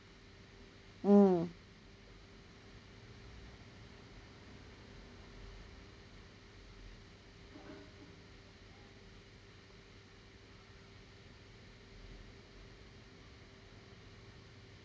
mm